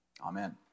Amen